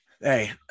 Hey